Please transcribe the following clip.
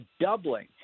doubling